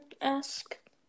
ask